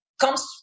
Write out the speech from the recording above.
comes